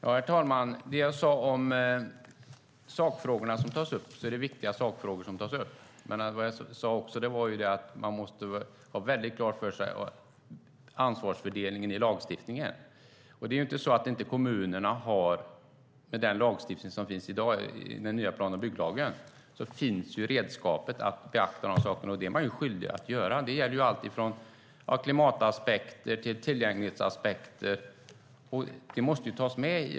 Herr talman! Jag sade att det är viktiga sakfrågor som tas upp, men jag sade också att man måste ha ansvarsfördelningen i lagstiftningen väldigt klar för sig. I den lagstiftning som finns i dag, den nya plan och bygglagen, finns ju redskapet att beakta de sakerna, och det är man skyldig att göra. Det gäller allt från klimataspekter till tillgänglighetsaspekter. Det måste tas med.